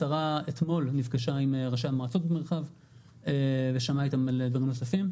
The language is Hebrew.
השרה אתמול נפגשה עם ראשי המועצות במרחב ושמעה איתם על דברים נוספים.